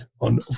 on